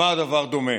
למה הדבר דומה?